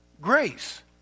grace